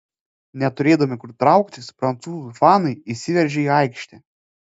neturėdami kur trauktis prancūzų fanai išsiveržė į aikštę